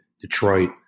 Detroit